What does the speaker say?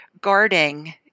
guarding